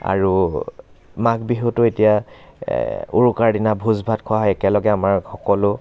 আৰু মাঘ বিহুতো এতিয়া উৰুকাৰ দিনা ভোজ ভাত খোৱা হয় একেলগে আমাৰ সকলো